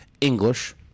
English